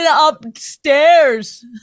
upstairs